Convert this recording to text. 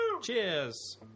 Cheers